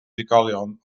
drigolion